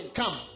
come